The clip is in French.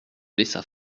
laissa